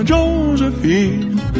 Josephine